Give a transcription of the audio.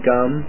Gum